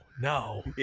No